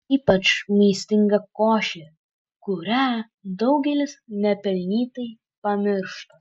ypač maistinga košė kurią daugelis nepelnytai pamiršta